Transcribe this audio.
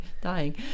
dying